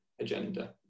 agenda